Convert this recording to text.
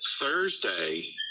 Thursday